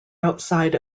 outside